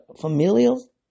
familial